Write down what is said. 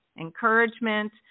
encouragement